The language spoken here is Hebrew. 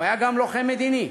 הוא היה גם לוחם מדיני.